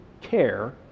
care